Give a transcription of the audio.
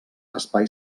espai